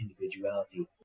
individuality